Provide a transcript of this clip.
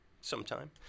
sometime